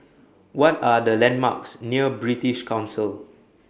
What Are The landmarks near British Council